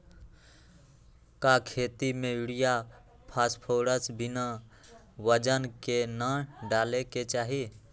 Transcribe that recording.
का खेती में यूरिया फास्फोरस बिना वजन के न डाले के चाहि?